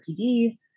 RPD